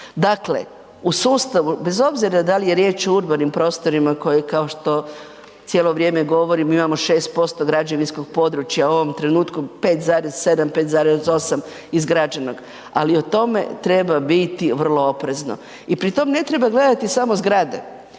Dakle, u sustavu, bez obzira da li je riječ o urbanim prostorima koje, kao što cijelo vrijeme govorimo, imamo 6% građevinskog područja u ovome trenutku, 5,7, 5,8 izgrađenog, ali o tome treba biti vrlo oprezno i pri tom ne treba gledati samo zgrade.